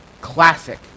classic